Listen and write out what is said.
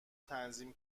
تنظیم